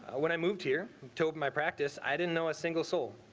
when i moved here to my practice, i didn't know a single soul.